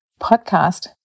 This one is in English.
podcast